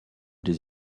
des